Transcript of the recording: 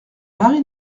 marie